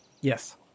Yes